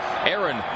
Aaron